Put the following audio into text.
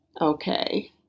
Okay